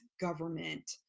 government